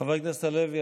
חבר הכנסת הלוי,